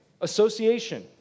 association